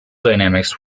dynamics